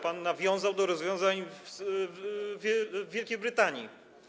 Pan nawiązał do rozwiązań w Wielkiej Brytanii.